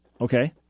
Okay